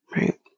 right